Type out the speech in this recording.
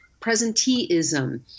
presenteeism